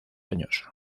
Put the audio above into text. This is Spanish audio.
años